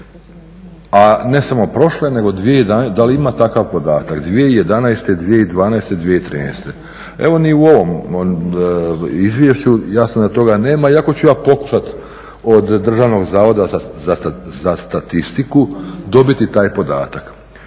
a ne samo prošle, da li ima takav podatak 2011., 2012., 2013.? Evo i u ovom izvješću jasno da toga nema iako ću ja pokušati od DZS-a dobiti taj podatak.